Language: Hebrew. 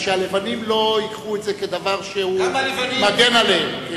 שהלבנים לא ייקחו את זה כדבר שהוא מגן עליהם.